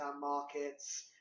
markets